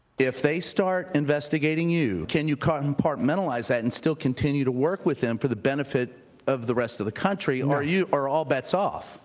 if they start investigating you, can you compartmentalize that and still continue to work with them for the benefit of the rest of the country, or are all bets off?